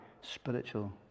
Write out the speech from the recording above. spiritual